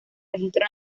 registro